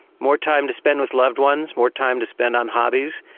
more time to spend with loved ones, more time to spend on hobbies,